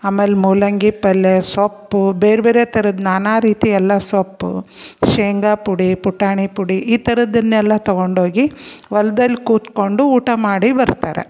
ಆಮೇಲೆ ಮೂಲಂಗಿ ಪಲ್ಲೆ ಸೊಪ್ಪು ಬೇರೆ ಬೇರೆ ಥರದ ನಾನಾ ರೀತಿಯೆಲ್ಲ ಸೊಪ್ಪು ಶೇಂಗಾ ಪುಡಿ ಪುಟಾಣಿ ಪುಡಿ ಈ ಥರದ್ದನ್ನೆಲ್ಲ ತಗೊಂಡೋಗಿ ಹೊಲ್ದಲ್ಲಿ ಕೂತ್ಕೊಂಡು ಊಟ ಮಾಡಿ ಬರ್ತಾರೆ